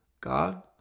God